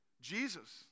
Jesus